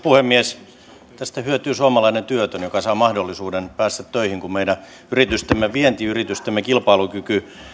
puhemies tästä hyötyy suomalainen työtön joka saa mahdollisuuden päästä töihin kun meidän vientiyritystemme kilpailukyky